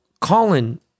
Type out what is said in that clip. Colin